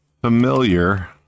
familiar